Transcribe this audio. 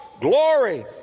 glory